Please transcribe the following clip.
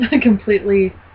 completely